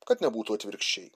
kad nebūtų atvirkščiai